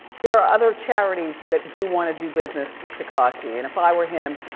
there are other charities that do wanna do business with tekashi, and if i were him,